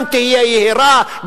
גם תהיה יהירה,